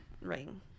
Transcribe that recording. ring